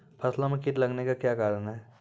फसलो मे कीट लगने का क्या कारण है?